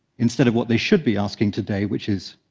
instead of what they should be asking today, which is,